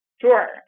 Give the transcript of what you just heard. Sure